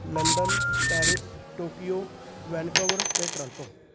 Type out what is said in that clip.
London Paris Tokyo Vancouver ਅਤੇ Toronto